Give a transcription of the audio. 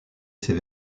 ses